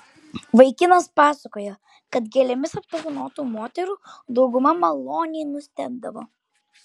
vaikinas pasakojo kad gėlėmis apdovanotų moterų dauguma maloniai nustebdavo